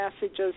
messages